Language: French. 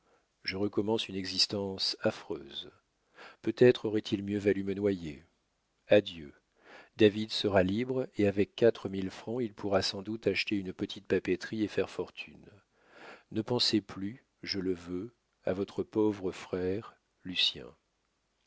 je recommence une existence affreuse peut-être aurait-il mieux valu me noyer adieu david sera libre et avec quatre mille francs il pourra sans doute acheter une petite papeterie et faire fortune ne pensez plus je le veux à votre pauvre frère lucien